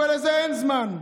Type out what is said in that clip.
אבל לזה אין זמן.